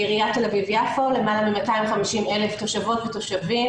שבעיריית תל אביב-יפו יש למעלה מ-250,000 תושבות ותושבים.